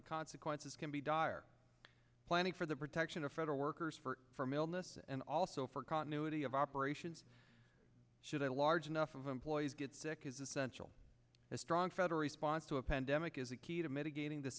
the consequences can be dire planning for the protection of federal workers for from illness and also for continuity of operations should a large enough of employees get sick is essential a strong federal response to a pandemic is a key to mitigating the